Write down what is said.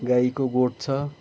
गाईको गोठ छ